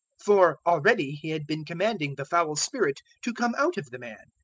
for already he had been commanding the foul spirit to come out of the man.